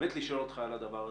אני רוצה לשאול אותך על הדבר הזה.